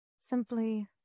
Simply